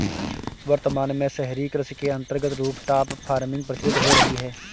वर्तमान में शहरी कृषि के अंतर्गत रूफटॉप फार्मिंग प्रचलित हो रही है